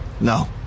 No